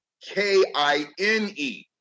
K-I-N-E